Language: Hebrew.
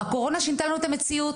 הקורונה שינתה לנו את המציאות,